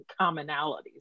commonalities